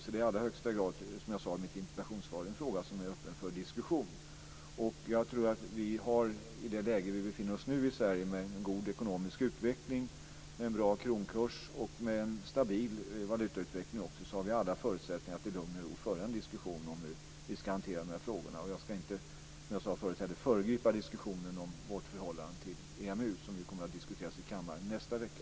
Det är i allra högsta grad, som jag sade i mitt interpellationssvar, en fråga som är öppen för diskussion. I det läge vi befinner oss nu i Sverige med en god ekonomisk utveckling med en bra kronkurs och med en stabil valutautveckling har vi alla förutsättningar att i lugn och ro föra en diskussion om hur vi ska hantera dessa frågor. Jag ska inte, som jag sade förut, föregripa diskussionen om vårt förhållande till EMU som kommer att genomföras i kammaren i nästa vecka.